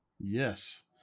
yes